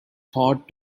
thought